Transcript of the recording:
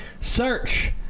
Search